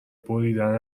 بریدن